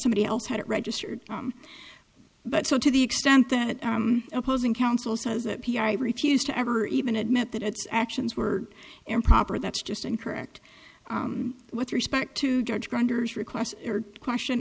somebody else had it registered but so to the extent that opposing counsel says that p r a refused to ever even admit that its actions were improper that's just and correct with respect to judge grounders requests a question